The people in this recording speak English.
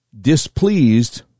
displeased